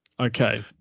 Okay